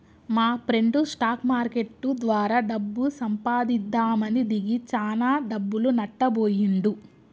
మాప్రెండు stock market ద్వారా డబ్బు సంపాదిద్దామని దిగి చానా డబ్బులు నట్టబొయ్యిండు